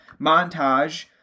montage